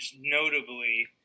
Notably